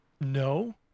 No